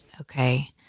Okay